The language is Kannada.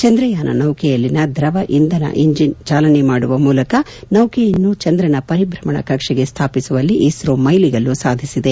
ಚಂದ್ರಯಾನ ನೌಕೆಯಲ್ಲಿನ ದ್ರವ ಇಂಧನ ಇಂಜಿನ್ ಚಾಲನೆ ಮಾಡುವ ಮೂಲಕ ನೌಕೆಯನ್ನು ಚಂದ್ರನ ಪರಿಭ್ರಮಣ ಕಕ್ಷೆಗೆ ಸ್ಥಾಪಿಸುವಲ್ಲಿ ಇಸ್ರೋ ಮೈಲಿಗಲ್ಲು ಸಾಧಿಸಿದೆ